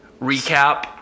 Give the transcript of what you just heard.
recap